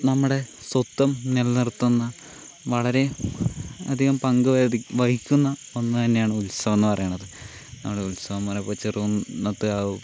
നമ്മുടെ സ്വത്വം നിലനിർത്തുന്ന വളരെ അധികം പങ്ക് വധി വഹിക്കുന്ന ഒന്ന് തന്നെയാണ് ഉത്സവം എന്ന് പറയണത് നമ്മുടെ ഉത്സവന്ന് പറയുമ്പോൾ ചെറുകുന്നത്ത് കാവ്